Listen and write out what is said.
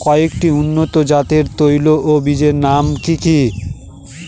কয়েকটি উন্নত জাতের তৈল ও বীজের নাম কি কি?